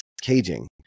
caging